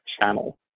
channel